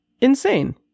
insane